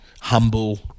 humble